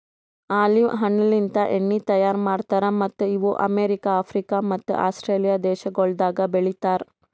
olive ಹಣ್ಣಲಿಂತ್ ಎಣ್ಣಿ ತೈಯಾರ್ ಮಾಡ್ತಾರ್ ಮತ್ತ್ ಇವು ಅಮೆರಿಕ, ಆಫ್ರಿಕ ಮತ್ತ ಆಸ್ಟ್ರೇಲಿಯಾ ದೇಶಗೊಳ್ದಾಗ್ ಬೆಳಿತಾರ್